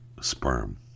sperm